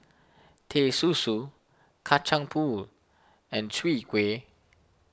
Teh Susu Kacang Pool and Chwee Kueh